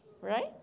right